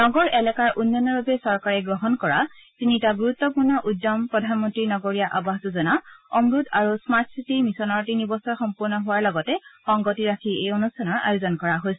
নগৰ এলেকাৰ উন্নয়নৰ বাবে চৰকাৰে গ্ৰহণ কৰা তিনিটা গুৰুত্পূৰ্ণ উদ্যম প্ৰধানমন্ত্ৰী নগৰীয়া আৱাস যোজনা অমুত আৰু স্মাৰ্টচিটি মিছনৰ তিনিবছৰ সম্পূৰ্ণ হোৱাৰ লগত সংগতি ৰাখি এই অনুষ্ঠানৰ আয়োজন কৰা হৈছে